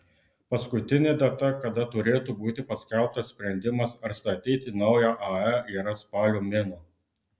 paskutinė data kada turėtų būti paskelbtas sprendimas ar statyti naują ae yra spalio mėnuo